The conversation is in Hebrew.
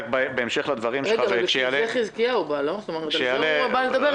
בשביל זה חזקיהו בא לדבר איתנו.